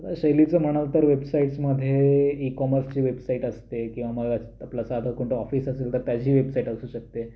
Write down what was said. शैलीचं म्हणाल तर वेबसाईटस्मध्ये ई कॉमर्सची वेबसाईट असते किंवा मग आपलं साधं कोणतं ऑफिस असेल तर त्याची वेबसाईट असू शकते